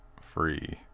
free